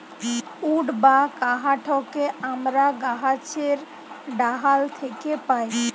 would বা কাহাঠকে আমরা গাহাছের ডাহাল থ্যাকে পাই